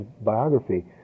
biography